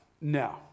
no